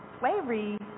slavery